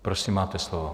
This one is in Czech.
Prosím, máte slovo.